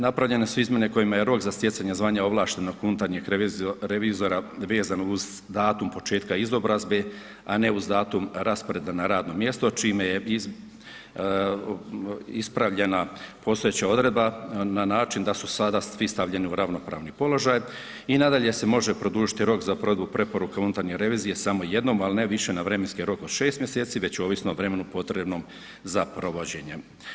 Napravljene su izmjene kojima je rok za stjecanje zvanja ovlaštenog unutarnjeg revizora vezano uz datum početka izobrazbe a ne uz datum rasporeda na radnom mjestu čime je ispravljena postojeća odredba na način da su sada svi stavljeni u ravnopravni položaj i nadalje se može produžiti rok za ... preporuku unutarnje revizije samo jednom ali ne više na vremenski rok od 6 mj. već ovisno o vremenu potrebnom za provođenjem.